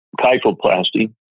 kyphoplasty